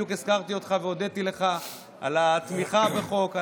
בדיוק הזכרתי אותך והודיתי לך על התמיכה בחוק,